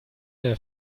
der